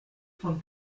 von